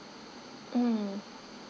mmhmm